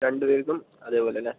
രണ്ടുപേർക്കും അതേപോലെ അല്ലേ